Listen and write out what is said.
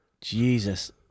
Jesus